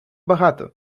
багато